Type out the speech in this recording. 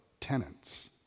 tenants